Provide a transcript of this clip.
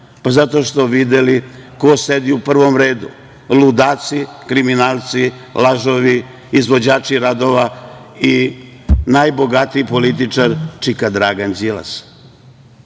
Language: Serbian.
Zato što su videli ko sedi u prvom redu. Ludaci, kriminalci, lažovi, izvođači radova i najbogatiji političar, čika Dragan